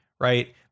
Right